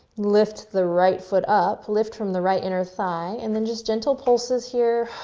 lift the right foot up, lift from the right inner thigh and then just gentle pulses here.